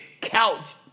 couch